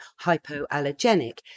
hypoallergenic